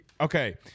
Okay